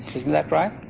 isn't that right?